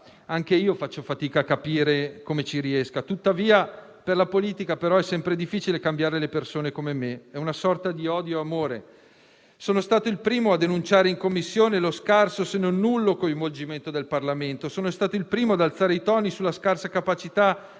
anche io faccio fatica a capire come ci riesca. Tuttavia, per la politica è sempre difficile cambiare le persone come me: è una sorta di odio-amore. Sono stato il primo a denunciare in Commissione lo scarso, se non nullo, coinvolgimento del Parlamento. Sono stato il primo ad alzare i toni sulla scarsa capacità